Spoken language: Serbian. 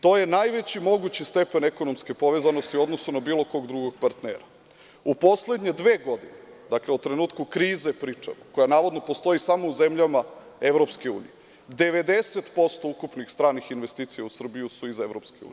To je najveći mogući stepen ekonomske povezanosti u odnosu na bilo kog drugog partnera.“ U poslednje dve godine, dakle, u trenutku krize pričam, koja navodno postoji samo u zemljama EU, 90% ukupnih stranih investicija u Srbiji su iz EU.